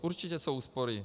Určitě jsou úspory.